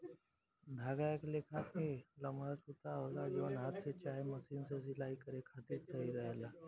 धागा एक लेखा के लमहर सूता होला जवन हाथ से चाहे मशीन से सिलाई करे खातिर सही रहेला